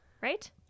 right